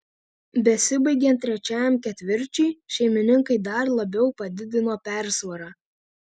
besibaigiant trečiajam ketvirčiui šeimininkai dar labiau padidino persvarą